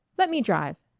let me drive.